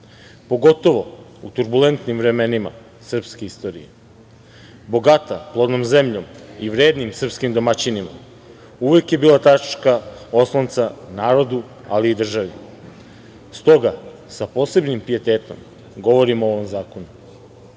pogotovo u turbulentnim vremenima srpske istorije, bogata plodnom zemljom i vrednim srpskim domaćinima. Uvek je bila tačka oslonca narodu ali i državi. S toga, sa posebnim pijetetom govorim o ovom zakonu. Sada,